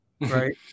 right